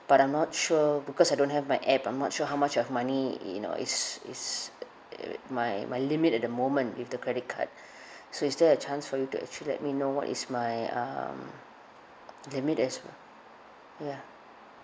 but I'm not sure because I don't have my app I'm not sure how much of money you know is is ugh my my limit at the moment with the credit card so is there a chance for you to actually let me know what is my um limit there's ya